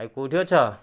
ଭାଇ କେଉଁଠି ଅଛ